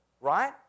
Right